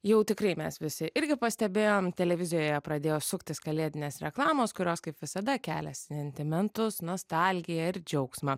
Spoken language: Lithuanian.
jau tikrai mes visi irgi pastebėjom televizijoje pradėjo suktis kalėdinės reklamos kurios kaip visada kelia sentimentus nostalgiją ir džiaugsmą